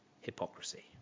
hypocrisy